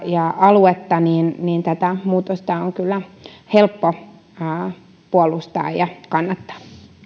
ja aluetta tätä muutosta on kyllä helppo puolustaa ja kannattaa